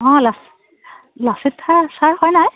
অঁ ল লাচিত সাৰ ছাৰ হয় নাই